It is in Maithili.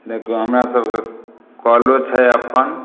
देखु हमरा सबके कलो छै अपन